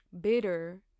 bitter